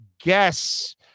guess